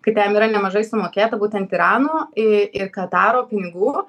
kad jam yra nemažai sumokėta būtent irano i ir kataro pinigų